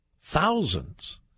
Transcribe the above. Thousands